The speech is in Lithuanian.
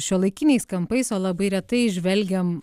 šiuolaikiniais kampais o labai retai žvelgiam